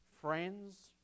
friends